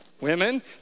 Women